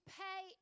pay